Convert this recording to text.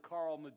Carl